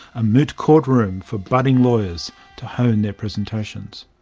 a moot courtroom for budding lawyers to hone their presentations.